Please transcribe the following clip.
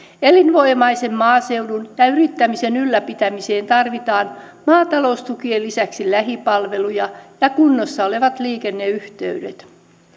elinvoimaisen maaseudun ja ja yrittämisen ylläpitämiseen tarvitaan maataloustukien lisäksi lähipalveluja ja kunnossa olevat liikenneyhteydet